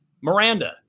Miranda